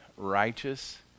Righteous